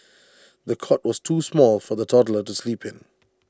the cot was too small for the toddler to sleep in